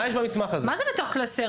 מה זה בתוך קלסר?